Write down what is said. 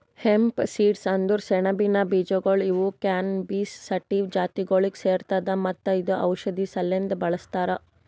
hemp seeds ಅಂದುರ್ ಸೆಣಬಿನ ಬೀಜಗೊಳ್ ಇವು ಕ್ಯಾನಬಿಸ್ ಸಟಿವಾ ಜಾತಿಗೊಳಿಗ್ ಸೇರ್ತದ ಮತ್ತ ಇದು ಔಷಧಿ ಸಲೆಂದ್ ಬಳ್ಸತಾರ್